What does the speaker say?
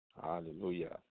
hallelujah